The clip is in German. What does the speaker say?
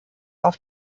auf